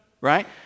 right